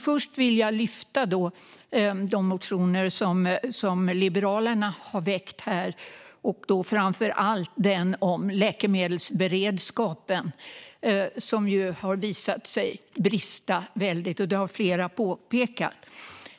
Först vill jag lyfta fram de motioner som Liberalerna har väckt här, framför allt den om läkemedelsberedskapen som har visat sig brista väldigt, något som flera har påpekat.